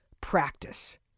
practice